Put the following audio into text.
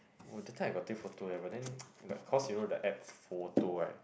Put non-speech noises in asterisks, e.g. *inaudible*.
oh that time I got take photo eh but then *noise* like cause you know the app photo right